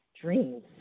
Dreams